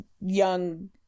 young